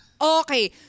okay